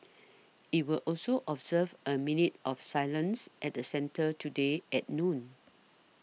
it will also observe a minute of silence at the centre today at noon